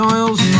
Oils